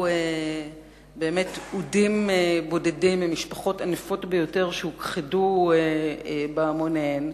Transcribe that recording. שנותרו בודדים ממשפחות ענפות ביותר שהוכחדו בהמוניהן,